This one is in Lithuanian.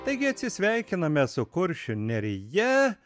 taigi atsisveikiname su kuršių nerija